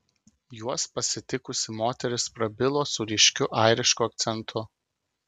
juos pasitikusi moteris prabilo su ryškiu airišku akcentu